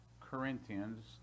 Corinthians